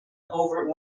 over